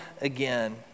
again